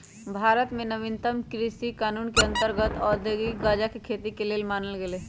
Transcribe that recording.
भारत में नवीनतम कृषि कानून के अंतर्गत औद्योगिक गजाके खेती के वैध मानल गेलइ ह